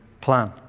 plan